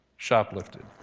Shoplifted